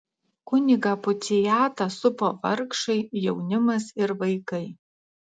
kunigą puciatą supo vargšai jaunimas ir vaikai